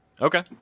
Okay